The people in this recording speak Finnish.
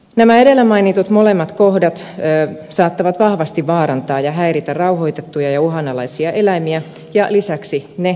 nämä molemmat edellä mainitut kohdat saattavat vahvasti vaarantaa ja häiritä rauhoitettuja ja uhanalaisia eläimiä ja lisäksi ne häiritsevät alueen virkistyskäyttäjiä